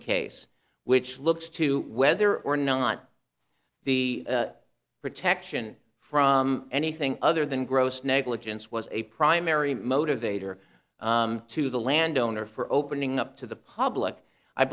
gene case which looks to whether or not the protection from anything other than gross negligence was a primary motivator to the landowner for opening up to the public i